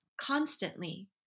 constantly